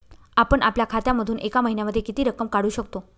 आपण आपल्या खात्यामधून एका महिन्यामधे किती रक्कम काढू शकतो?